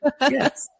Yes